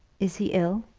is he ill?